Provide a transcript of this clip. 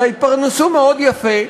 אלא יתפרנסו מאוד יפה,